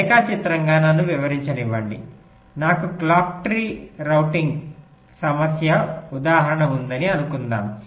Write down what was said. రేఖాచిత్రంగా నన్ను వివరించనివ్వండి నాకు క్లాక్ రౌటింగ్ సమస్య ఉదాహరణ ఉందని అనుకుందాము